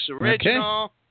original